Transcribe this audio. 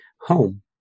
home